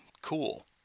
cool